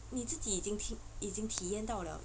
你自己已经体验到了